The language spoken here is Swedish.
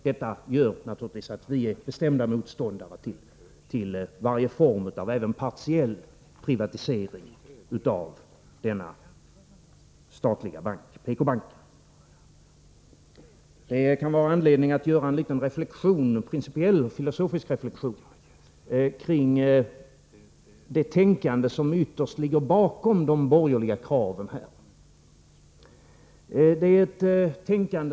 Detta gör naturligtvis att vi är bestämda motståndare till varje form av även partiell privatisering av denna statliga bank, PK-banken. Det kan finnas anledning att göra en liten principiell och filosofisk reflexion kring det tänkande som ytterst ligger bakom de borgerliga kraven i detta sammanhang.